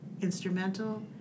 instrumental